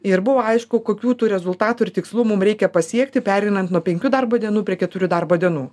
ir buvo aišku kokių tų rezultatų ir tikslų mum reikia pasiekti pereinant nuo penkių darbo dienų prie keturių darbo dienų